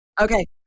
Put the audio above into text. Okay